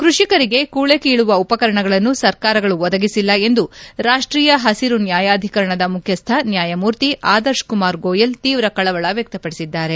ಕೃಷಿಕರಿಗೆ ಕೂಳೆ ಕೀಳುವ ಉಪಕರಣಗಳನ್ನು ಸರ್ಕಾರಗಳು ಒದಗಿಸಿಲ್ಲ ಎಂದು ರಾಷ್ಟೀಯ ಹಸಿರು ನ್ಯಾಯಾಧಿಕರಣದ ಮುಖ್ಯಸ್ವ ನ್ಯಾಯಮೂರ್ತಿ ಆದರ್ಶಕುಮಾರ್ ಗೋಯಲ್ ತೀವ್ರ ಕಳವಳ ವ್ಹಕ್ತಪಡಿಸಿದ್ದಾರೆ